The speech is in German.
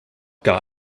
gar